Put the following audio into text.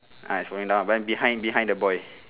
ah falling down when behind behind the boy